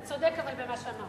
אבל אתה צודק במה שאמרת.